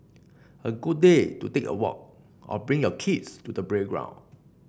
a good day to take a walk or bring your kids to the playground